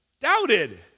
doubted